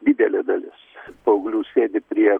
didelė dalis paauglių sėdi prie